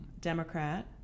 democrat